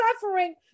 suffering